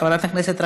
חבר הכנסת סאלח סעד,